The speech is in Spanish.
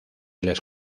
les